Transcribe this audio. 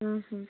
ଉଁହୁଁ